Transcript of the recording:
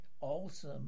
awesome